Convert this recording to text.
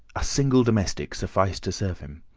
a single domestic sufficed to serve him.